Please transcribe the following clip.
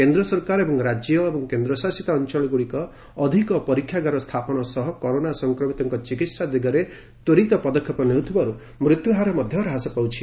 କେନ୍ଦ୍ର ସରକାର ଏବଂ ରାଜ୍ୟ ଓ କେନ୍ଦ୍ରଶାସିତ ଅଞ୍ଚଳଗୁଡ଼ିକ ଅଧିକ ପରୀକ୍ଷାଗାର ସ୍ଥାପନ ସହ କରୋନା ସଂକ୍ରମିତଙ୍କ ଚିକିତ୍ସା ଦିଗରେ ତ୍ୱରିତ ପଦକ୍ଷେପ ନେଉଥିବାରୁ ମୃତ୍ୟୁହାର ମଧ୍ୟ ହ୍ରାସ ପାଉଛି